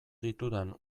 ditudan